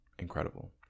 incredible